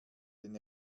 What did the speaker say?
denn